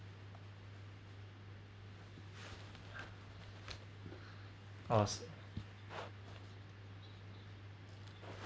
us